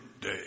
day